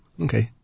Okay